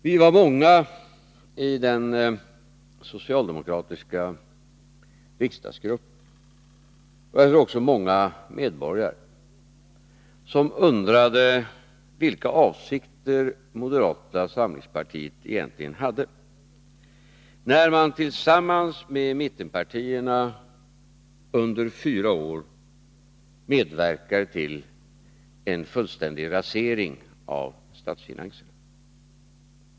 Vi var många i den socialdemokratiska riksdagsgruppen som undrade — och det tror jag att även många medborgare gjorde — vilka avsikter moderata samlingspartiet egentligen hade när man tillsammans med mittenpartierna under fyra år medverkade till en fullständig rasering av statsfinanserna.